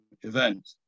event